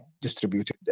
distributed